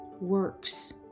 works